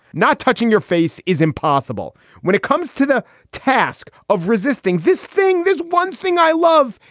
not touching your face is impossible when it comes to the task of resisting this thing. there's one thing i love.